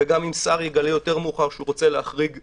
וגם אם שר יגלה יותר מאוחר שהוא רוצה להחריג סוג,